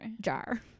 jar